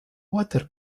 water